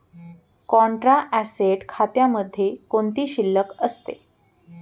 Contra asset खात्यामध्ये कोणती शिल्लक असते?